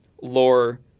lore